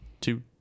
two